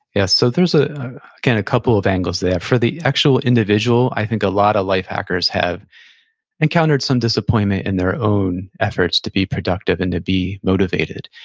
yes, so there's, ah again, a couple of angles there. for the actual individual, i think a lot of life hackers have encountered some disappointment in their own efforts to be productive and to be motivated.